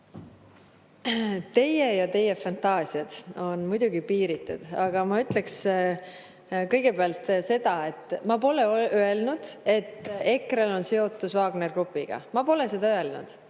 EKRE. Teie fantaasia on muidugi piiritu, aga ma ütleks kõigepealt seda, et ma pole öelnud, et EKRE‑l on seotus Wagneri grupiga. Ma pole seda öelnud.